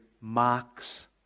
marks